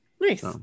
Nice